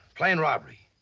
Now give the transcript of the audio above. plain robbery.